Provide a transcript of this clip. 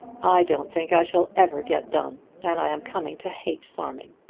i don't think i shall ever get done, and i am coming to hate farming.